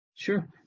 Sure